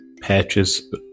patches